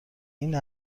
این